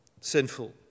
sinful